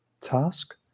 task